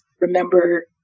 remember